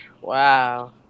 Wow